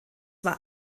war